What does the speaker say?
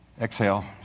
Exhale